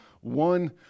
one